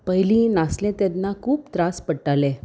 पयलीं नासलें तेन्ना खूब त्रास पडटाले